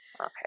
Okay